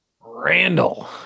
Randall